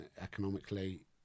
economically